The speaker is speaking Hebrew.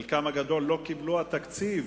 חלקן הגדול לא קיבלו את התקציב